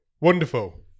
Wonderful